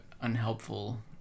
unhelpful